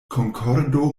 konkordo